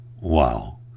wow